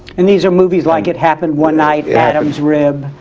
and these are movies like it happened one night, adam's rib.